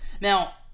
Now